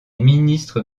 ministre